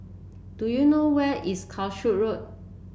do you know where is Calshot Road